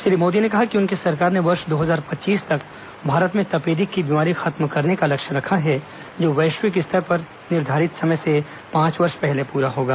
श्री मोदी ने कहा कि उनकी सरकार ने वर्ष दो हजार पच्चीस तक भारत में तपेदिक की बीमारी खत्म करने का लक्ष्य रखा है जो वैश्विक स्तर पर निर्धारित समय से पांच वर्ष पहले पूरा होगा